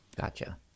Gotcha